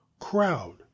Crowd